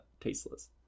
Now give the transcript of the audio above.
tasteless